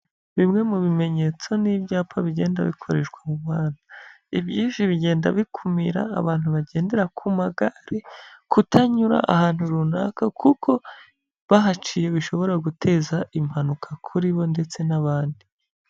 Bimwe mu bimenyetso n'ibyapa bigenda bikoreshwa mu muhanda, ibyinshi bigenda bikumira abantu bagendera ku magare, kutanyura ahantu runaka, kuko bahaciye bishobora guteza impanuka kuri bo ndetse n'abandi.